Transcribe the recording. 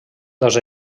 dos